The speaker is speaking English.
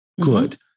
Good